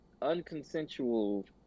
unconsensual